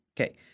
Okay